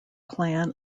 clan